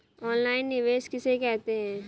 Online निवेश किसे कहते हैं?